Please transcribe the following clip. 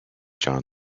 john